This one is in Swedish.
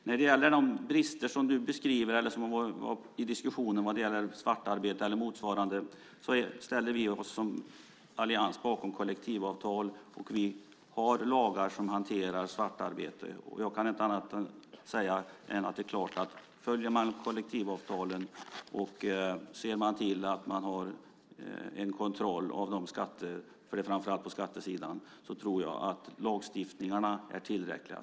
När det gäller de brister som har varit uppe i diskussionen om svartarbete och motsvarande ställer vi oss som allians bakom kollektivavtal. Vi har lagar som hanterar svartarbete. Jag kan inte säga annat än att följer man kollektivavtalen och ser till att ha kontroll över skatterna, för det är framför allt på skattesidan, tror jag att lagstiftningen är tillräcklig.